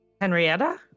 Henrietta